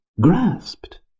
grasped